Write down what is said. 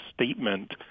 statement